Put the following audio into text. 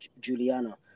Juliana